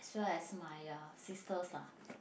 as well as my uh sisters lah